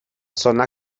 zona